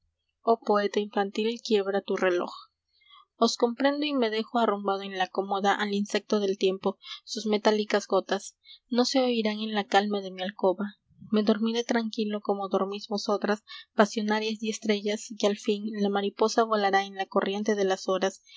reloj os comprendo y me dejo arrumbado en la cómoda al insecto del tiempo sus metálicas gotas no se oirán en la calma de mi alcoba me dormiré tranquilo como dormís vosotras pasionarias y estrellas que al fin la mariposa volará en la corriente de las horas